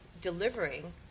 delivering